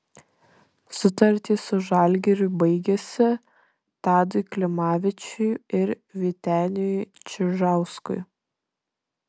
sutartys su žalgiriu baigėsi tadui klimavičiui ir vyteniui čižauskui